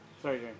Sorry